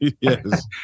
Yes